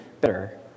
better